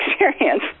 experience